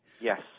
Yes